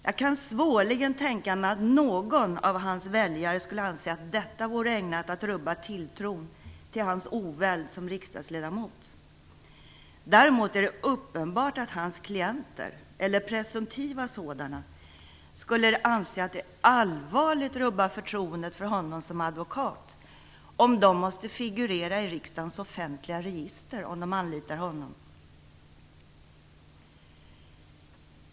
Jag kan svårligen tänka mig att någon av hans väljare skulle anse att detta vore ägnat att rubba tilltron till hans oväld som riksdagsledamot. Däremot är det uppenbart att hans klienter, eller presumtiva sådana, skulle anse att det allvarligt rubbar förtroendet för honom som advokat om de måste figurera i riksdagens offentliga register om de anlitar honom.